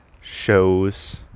shows